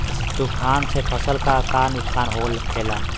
तूफान से फसल के का नुकसान हो खेला?